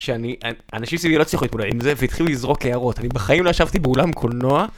שאני... אנשים סביבי לא הצליחו להתמודד עם זה, והתחילו לזרוק הערות. אני בחיים לא ישבתי באולם קולנוע.